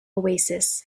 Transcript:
oasis